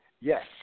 Yes